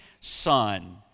son